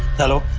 hello,